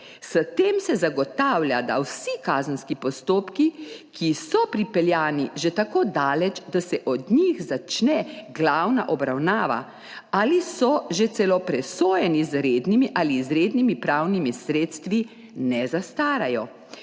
S tem se zagotavlja, da vsi kazenski postopki, ki so pripeljani že tako daleč, da se od njih začne glavna obravnava, ali so že celo presojeni z rednimi ali izrednimi pravnimi sredstvi, ne zastarajo,